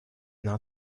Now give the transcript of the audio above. now